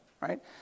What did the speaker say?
right